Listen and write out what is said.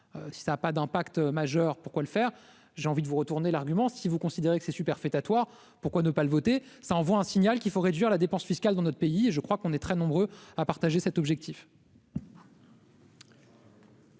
si ça a pas d'impact majeur, pourquoi le faire, j'ai envie de vous retourner l'argument si vous considérez que c'est superfétatoire, pourquoi ne pas le voter ça envoie un signal qu'il faut réduire la dépense fiscale dans notre pays et je crois qu'on est très nombreux à partager cet objectif.